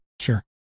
Sure